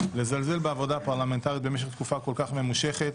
לזלזל בעבודה הפרלמנטרית במשך תקופה כל כך ממושכת,